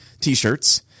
T-shirts